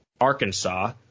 Arkansas